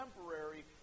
temporary